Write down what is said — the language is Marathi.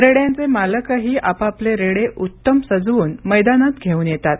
रेड्यांचे मालकही आपापले रेडे उत्तम सजवून मैदानात घेऊन येतात